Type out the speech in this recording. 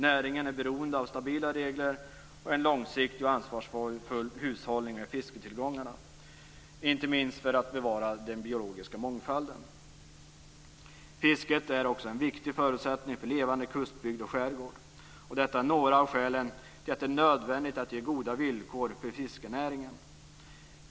Näringen är beroende av stabila regler och en långsiktig och ansvarsfull hushållning med fisketillgången, inte minst för att den biologiska mångfalden skall kunna bevaras. Fisket är också en viktig förutsättning för levande kustbygd och skärgård. Detta är några av skälen till att det är nödvändigt att ge goda villkor för fiskenäringen.